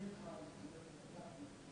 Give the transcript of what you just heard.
(א)על אף האמור בסעיפים 62(א), 67, 71(א)(7)